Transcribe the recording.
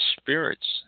spirits